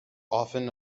often